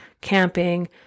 camping